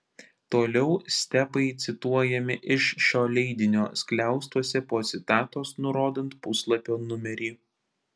toliau stepai cituojami iš šio leidinio skliaustuose po citatos nurodant puslapio numerį